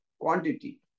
quantity